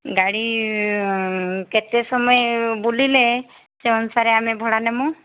ଗାଡ଼ି କେତେ ସମୟ ବୁଲିଲେ ସେଇ ଅନୁସାରେ ଆମେ ଭଡ଼ା ନେବୁ